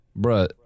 Bruh